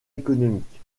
économique